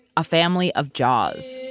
a family of jaws.